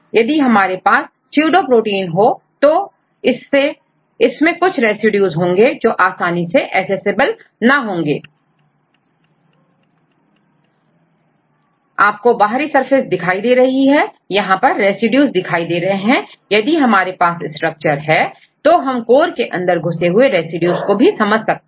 यदि हमारे पास pseudo protien हो तो इसमें कुछ रेसिड्यू होंगे जो आसानी से ऐसेसेबलaccessible ना होंगे A आपको बाहरी सरफेस दिखाई दे रही है यहां पर रेसिड्यूज दिखाई दे रहे हैं यदि हमारे पास स्ट्रक्चर है तो हम कोर के अंदर घुसे हुए रेसिड्यू को भी समझ सकते हैं